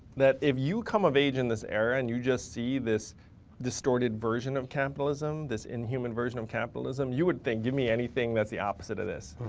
that if you come of age in this era and you just see this distorted version of capitalism, this inhuman version of capitalism, you would think, give me anything that's the opposite of this.